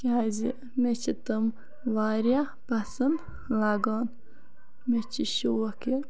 کیازِ مےٚ چھِ تِم واریاہ پَسَنٛد لَگان مےٚ چھِ شوق یہِ